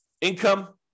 Income